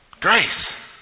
Grace